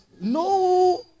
no